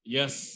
Yes